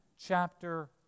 Chapter